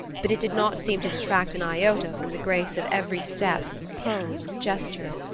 but it did not seem to detract an iota from the grace of every step, pose, gesture.